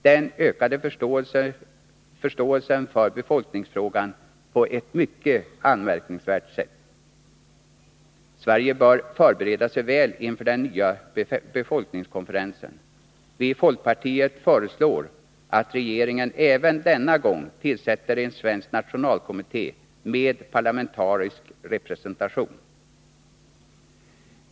Den ökade förståelsen för befolkningsfrågan på ett mycket anmärkningsvärt sätt. Sverige bör förbereda sig väl inför den nya befolkningskonferensen. Vi i folkpartiet föreslår att regeringen även denna gång tillsätter en svensk nationalkommitté med parlamentarisk representation.